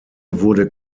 wurde